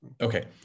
Okay